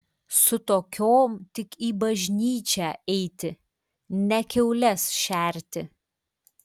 su tokiom tik į bažnyčią eiti ne kiaules šerti